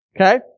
Okay